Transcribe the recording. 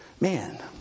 man